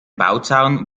bauzaun